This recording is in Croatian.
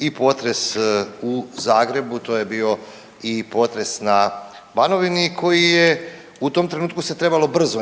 i potres u Zagrebu, to je bio i potres na Banovini koji je, u tom trenutku se trebalo brzo